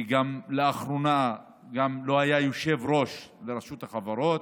לאחרונה גם לא היה יושב-ראש לרשות החברות.